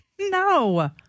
No